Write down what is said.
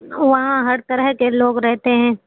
وہاں ہر طرح کے لوگ رہتے ہیں